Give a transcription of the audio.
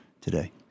today